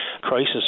crisis